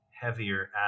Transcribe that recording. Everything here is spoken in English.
heavier